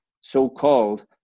so-called